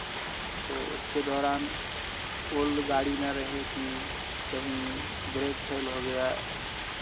तो उसके दौरान ओल्ड गाड़ी ना रहे की कहीं ब्रेक फेल हो गया